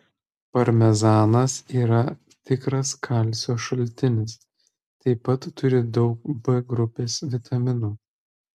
parmezanas yra tikras kalcio šaltinis taip pat turi daug b grupės vitaminų